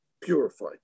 purified